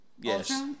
Yes